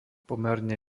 pomerne